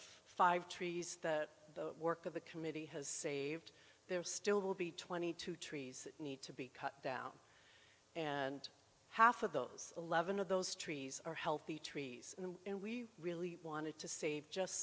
five trees that the work of the committee has saved there still will be twenty two trees need to be cut down and half of those eleven of those trees are healthy trees and we really wanted to save just